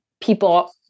people